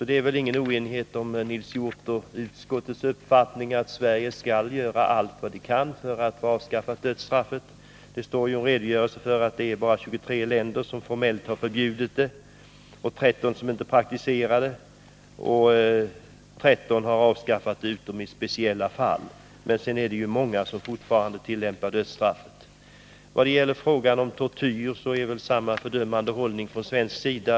Det råder ingen oenighet om Nils Hjorths och utskottets uppfattning att Sverige skall göra allt vi kan för att få dödsstraffet avskaffat. I utskottets betänkande finns en redogörelse, som visar att endast 23 länder har formellt förbjudit dödsstraff, att 9 slutat praktisera det och att 13 har avskaffat det utom i speciella fall. Men många tillämpar alltså fortfarande dödsstraffet. När det gäller frågan om tortyr finns samma fördömande hållning från svensk sida.